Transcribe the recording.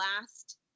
last